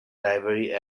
library